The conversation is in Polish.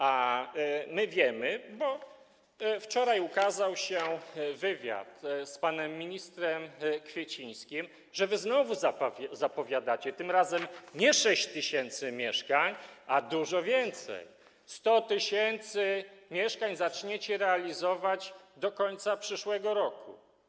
A my wiemy, bo wczoraj ukazał się wywiad z panem ministrem Kwiecińskim, że wy znowu zapowiadacie, że tym razem nie 6 tys. mieszkań, a dużo więcej - 100 tys. mieszkań, zaczniecie realizować do końca przyszłego roku.